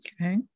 Okay